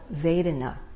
Vedana